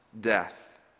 death